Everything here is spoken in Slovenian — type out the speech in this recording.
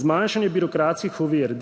Zmanjšanje birokratskih ovir,